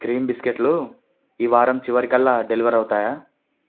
cream బిస్కెట్లు ఈ వారం చివరికల్లా డెలివర్ అవుతాయా